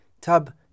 tab